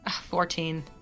Fourteen